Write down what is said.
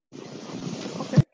okay